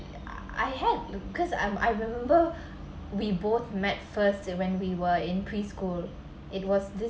I had cause I'm I remember we both met first when we were in preschool it was this